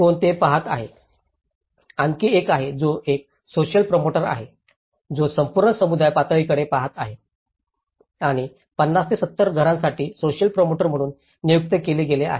कोण हे पहात आहे आणखी एक आहे जो एक सोसिअल प्रोमोटर आहे जो संपूर्ण समुदाय पातळीकडे पहात आहे आणि 50 ते 70 घरांसाठी सोसिअल प्रोमोटर म्हणून नियुक्त केले गेले आहे